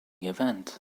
event